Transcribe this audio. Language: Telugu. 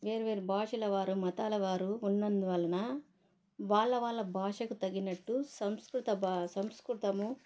వేరు వేరు భాషల వారు మతాలవారు ఉన్నందు వలన వాళ్ల వాళ్ల భాషకు తగినట్టు సంస్కృత బా సంస్కృతము